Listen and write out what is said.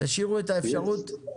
תשאירו את האפשרות?